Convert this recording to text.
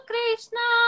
Krishna